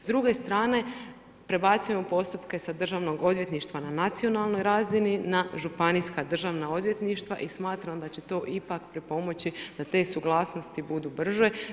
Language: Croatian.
S druge strane, prebacuje postupke s Državnog odvjetništva na nacionalnoj razini, na županijska državna odvjetništva i smatram da će to ipak pripomoći date suglasnost budu brže.